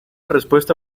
respuesta